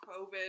COVID